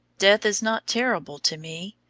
death is not terrible to me.